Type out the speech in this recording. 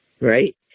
right